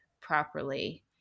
properly